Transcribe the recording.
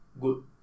good